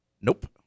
Nope